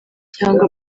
cyangwa